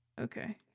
Okay